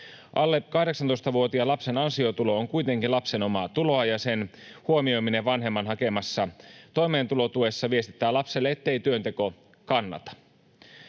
Alle 18-vuotiaan lapsen ansiotulo on kuitenkin lapsen omaa tuloa, ja sen huomioiminen vanhemman hakemassa toimeentulotuessa viestittää lapselle, ettei työnteko kannata.